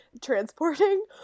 transporting